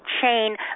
chain